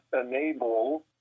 enable